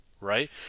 right